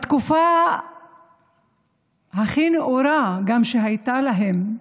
בתקופה הכי נאורה שהייתה להם,